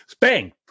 bang